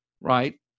right